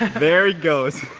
there it goes